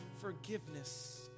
forgiveness